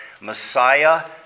Messiah